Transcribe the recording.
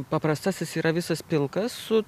paprastasis yra visas pilkas su